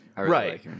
right